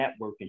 networking